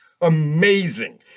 Amazing